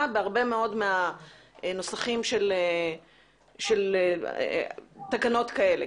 בהרבה מאוד מהנוסחים של תקנות כאלה.